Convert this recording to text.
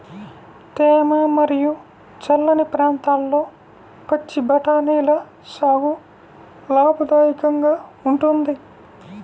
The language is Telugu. తేమ మరియు చల్లని ప్రాంతాల్లో పచ్చి బఠానీల సాగు లాభదాయకంగా ఉంటుంది